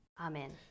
Amen